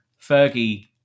Fergie